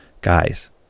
guys